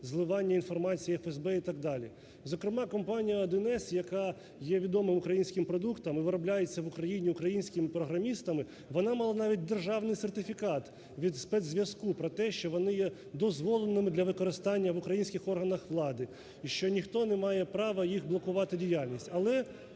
зливання інформації ФСБ і так далі. Зокрема, компанія "1С", яка є відомим українським продуктом і виробляється в Україні українськими програмістами, вона мала навіть державний сертифікат від спецзв'язку про те, що вони є дозволеними для використання в українських органах влади і що ніхто не має права їх блокувати діяльність,